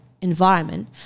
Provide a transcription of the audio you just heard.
environment